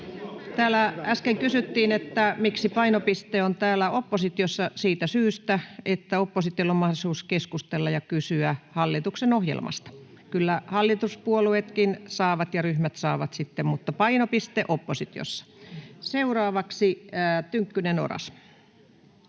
Täällä äsken kysyttiin, miksi painopiste on oppositiossa. Siitä syystä, että oppositiolla on mahdollisuus keskustella ja kysyä hallituksen ohjelmasta. Kyllä hallituspuolueet ja -ryhmätkin saavat sitten, mutta painopiste on oppositiossa. — Seuraavaksi Tynkkynen, Oras.